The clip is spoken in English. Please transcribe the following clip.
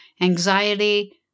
anxiety